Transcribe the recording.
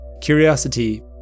Curiosity